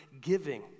giving